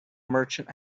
merchant